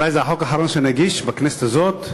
אולי זה החוק האחרון שאני מגיש בכנסת הזאת,